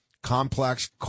complex